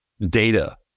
data